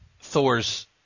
Thor's